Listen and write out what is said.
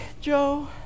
Joe